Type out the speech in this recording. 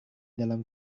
dalam